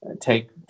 take